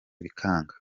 bikanga